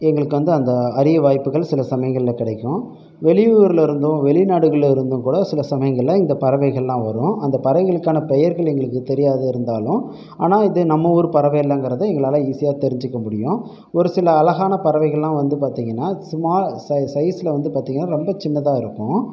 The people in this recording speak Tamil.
எங்களுக்கு வந்து அந்த அரிய வாய்ப்புகள் சில சமயங்களில் கிடைக்கும் வெளி ஊர்லேருந்தும் வெளி நாடுகள்லேருந்தும் கூட சில சமயங்களில் இந்த பறவைகளெலாம் வரும் அந்த பறவைகளுக்கான பெயர்கள் எங்களுக்கு தெரியாத இருந்தாலும் ஆனால் இது நம்ம ஊர் பறவை இல்லைங்கறதும் எங்களால் ஈசியாக தெரிஞ்சுக்க முடியும் ஒரு சில அழகான பறவைகளெலாம் வந்து பார்த்திங்கனா ஸ்மா ச சைஸில் வந்து பார்த்திங்கனா ரொம்ப சின்னதாக இருக்கும்